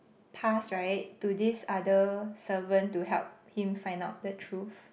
pass right to this other servant to help him find out the truth